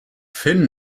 finn